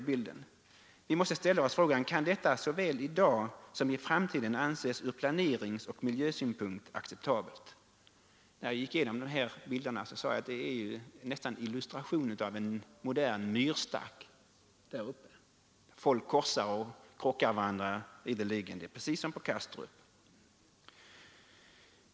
Vi måste ställa oss frågan: Kan detta såväl i dag som i framtiden anses ur planeringsoch miljösynpunkt acceptabelt? När jag gick igenom de här bilderna sade jag mig att detta nästan är en illustration av en modern myrstack. Folk korsar varandra och krockar med varandra ideligen. Det är precis som på Kastrup.